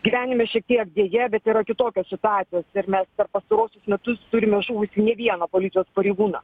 gyvenime šiek tiek deja bet yra kitokios situacijos ir mes per pastaruosius metus turime žuvusį ne vieną policijos pareigūną